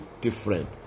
different